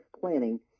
planning